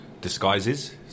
disguises